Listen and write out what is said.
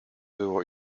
było